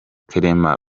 clement